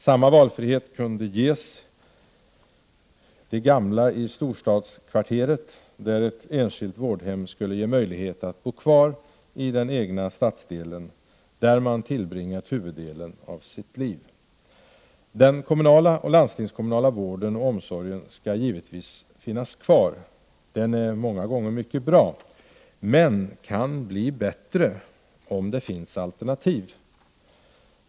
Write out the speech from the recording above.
Samma valfrihet kunde ges de gamla i storstadskvarteret, där ett enskilt vårdhem skulle ge möjlighet att bo kvar i den egna stadsdelen, där man tillbringat huvuddelen av sitt liv. Den kommunala och landstingskommunala vården och omsorgen skall givetvis finnas kvar. Den är ofta mycket bra, men kan bli bättre, om det finns alternativ.